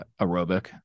aerobic